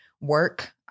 work